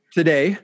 today